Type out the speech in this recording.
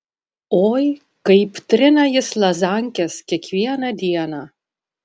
oi kaip trina jis lazankes kiekvieną dieną